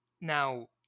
now